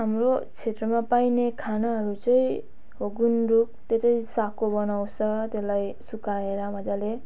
हाम्रो क्षेत्रमा पाइने खानाहरू चाहिँ हो गुन्द्रुक त्यो चाहिँ सागको बनाउँछ त्यसलाई सुकाएर मजाले